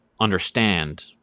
understand